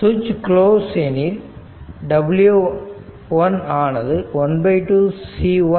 switch close எனில் w 1 ஆனது 12 C1 v eq 2ஆகும்